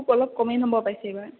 অলপ কমেই নম্বৰ পাইছে এইবাৰ